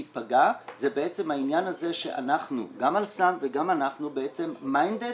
גם "אל סם" וגם אנחנו בעצם מיינדד